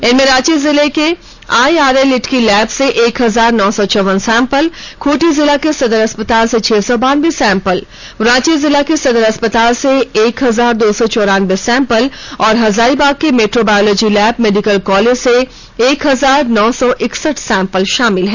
इनमें रांची जिले के I R L Itki lab से एक हजार नौ सौ चौवन सैंपल खूंटी जिला के सदर अस्पताल से छह सौ बानबे सैंपल रांची जिला के सदर अस्पताल से एह हजार दो चौ चौरानबे सैंपल और हजारीबाग के metro biology lab medical college से एक हजार नौ सौ एकसठ सैंपल शामिल है